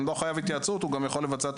אם אין חובה להתייעצות הוא גם יכול לבצע את